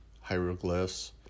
hieroglyphs